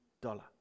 dollar